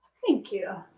thank you!